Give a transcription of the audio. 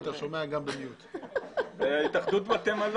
מהמסעדות?